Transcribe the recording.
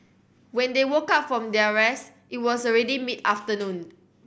when they woke up from their rest it was already mid afternoon